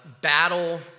battle